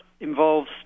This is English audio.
involves